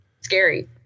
scary